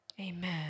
Amen